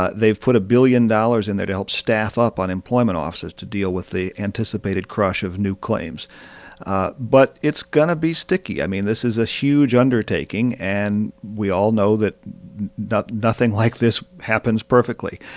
ah they've put a billion dollars in there to help staff up unemployment offices to deal with the anticipated crush of new claims but it's going to be sticky. i mean, this is a huge undertaking. and we all know that nothing like this happens perfectly.